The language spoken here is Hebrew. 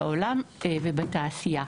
בעולם ובתעשייה.